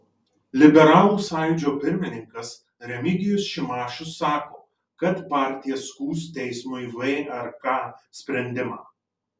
liberalų sąjūdžio pirmininkas remigijus šimašius sako kad partija skųs teismui vrk sprendimą